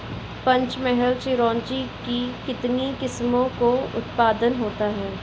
पंचमहल चिरौंजी की कितनी किस्मों का उत्पादन होता है?